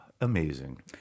amazing